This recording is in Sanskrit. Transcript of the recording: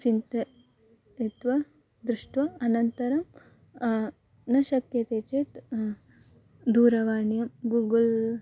चिन्तयित्वा दृष्ट्वा अनन्तरं न शक्यते चेत् दूरवाण्यां गूगल्